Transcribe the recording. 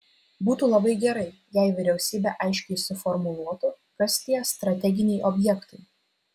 būtų labai gerai jei vyriausybė aiškiai suformuluotų kas tie strateginiai objektai